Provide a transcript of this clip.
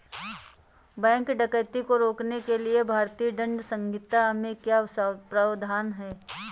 bank डकैती को रोकने के लिए भारतीय दंड संहिता में क्या प्रावधान है